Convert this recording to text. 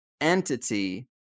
entity